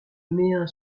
mehun